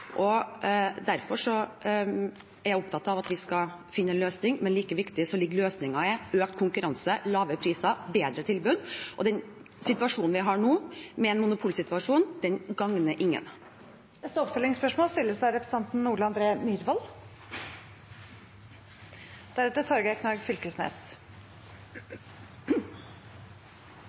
er jeg opptatt av at vi skal finne en løsning, men – like viktig – løsningen ligger i økt konkurranse, lave priser og bedre tilbud. Den situasjonen vi har nå, med en monopolsituasjon, gagner ingen. Ole André Myhrvold – til oppfølgingsspørsmål.